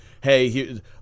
hey